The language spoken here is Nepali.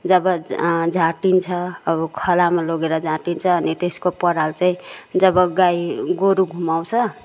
जब झाँटिन्छ अब खलामा लोगेर झाँटिन्छ अनि त्यसको पराल चाहिँ जब गाई गोरु घुमाउँछ